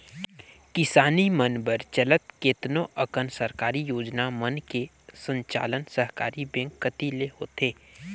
किसानी मन बर चलत केतनो अकन सरकारी योजना मन के संचालन सहकारी बेंक कति ले होथे